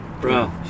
bro